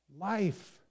life